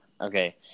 Okay